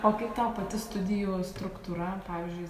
o kaip tau pati studijų struktūra pavyzdžiui